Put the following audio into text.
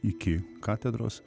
iki katedros